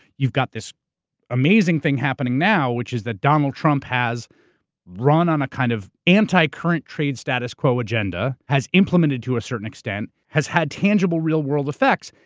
you've got this amazing thing happening now, which is that donald trump has run on a kind of anti-current trade status quo agenda, has implemented to a certain extent, has had tangible real word effects,